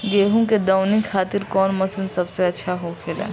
गेहु के दऊनी खातिर कौन मशीन सबसे अच्छा होखेला?